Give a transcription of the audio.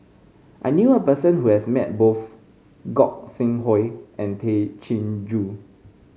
I knew a person who has met both Gog Sing Hooi and Tay Chin Joo